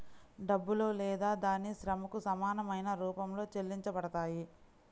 డబ్బులో లేదా దాని శ్రమకు సమానమైన రూపంలో చెల్లించబడతాయి